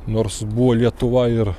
nors buvo lietuva ir